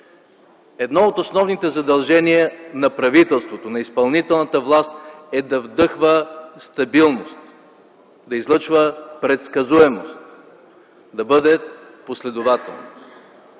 едно от основните задължения на правителството, на изпълнителната власт е да вдъхва стабилност, да излъчва предсказуемост, да бъде последователно.